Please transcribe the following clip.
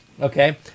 Okay